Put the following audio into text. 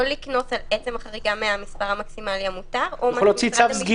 או לקנוס על עצם החריגה מהמספר המקסימלי המותר --- אגב,